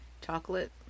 Chocolate